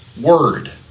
word